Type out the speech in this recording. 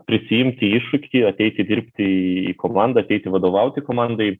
prisiimti iššūkį ateiti dirbti į komandą ateiti vadovauti komandai